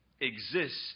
exists